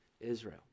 Israel